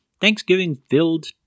Thanksgiving-filled